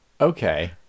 Okay